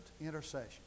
intercession